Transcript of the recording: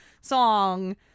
song